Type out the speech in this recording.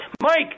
Mike